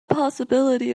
possibility